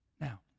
Now